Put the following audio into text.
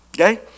Okay